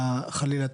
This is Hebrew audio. חלילה,